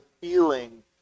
feeling